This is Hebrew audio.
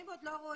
אדוני היושב ראש,